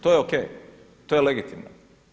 To je o.k. To je legitimno.